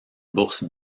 bourse